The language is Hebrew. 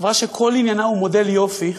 חברה שכל עניינה הוא מודל יופי,